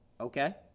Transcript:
okay